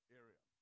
area